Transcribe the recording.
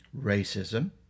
racism